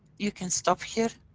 you can stop here.